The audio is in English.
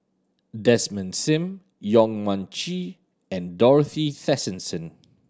Desmond Sim Yong Mun Chee and Dorothy Tessensohn